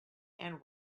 and